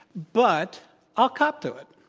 but i'll cop to it.